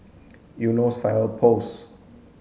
Eunos Fire Post